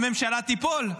הממשלה תיפול.